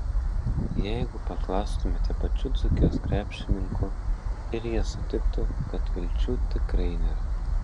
jeigu paklaustumėte pačių dzūkijos krepšininkų ir jie sutiktų kad vilčių tikrai nėra